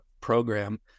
program